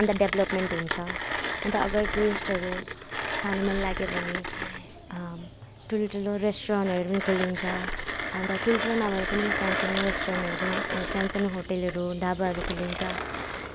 अन्त डेभ्लोपमेन्ट हुन्छ अन्त अगर टुरिस्टहरू खानु मनलाग्यो भने ठुल्ठुलो रेस्टुरन्टहरू पनि खोलिन्छ अन्त ठुल्ठुलो नभए पनि सानसानो रेस्टुरेन्टहरू पनि सानसानो होटलहरू ढाबाहरू खोलिन्छ